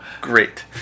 Great